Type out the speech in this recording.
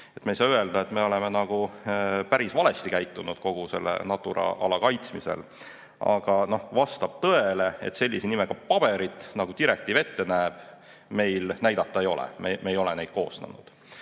Me ei saa öelda, et me oleme päris valesti käitunud kogu selle Natura ala kaitsmisel. Aga vastab tõele, et sellise nimega pabereid, nagu direktiiv ette näeb, meil näidata ei ole. Me ei ole neid koostanud.